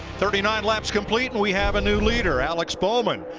thirty nine laps complete, and we have a new leader alex bowman,